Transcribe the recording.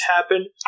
happen